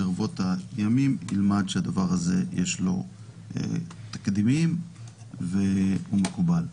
ברבות הימים ילמד שלדבר הזה יש תקדימים והוא מקובל.